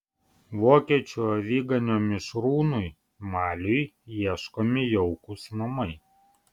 vokiečių aviganio mišrūnui maliui ieškomi jaukūs namai